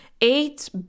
Eight